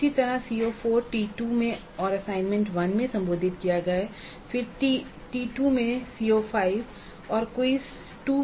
इसी तरह CO4 को T2 में और असाइनमेंट 1 में संबोधित किया गया है फिर T2 में CO5 और क्विज़ 2